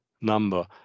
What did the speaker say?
number